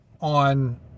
on